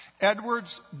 Edwards